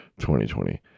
2020